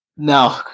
No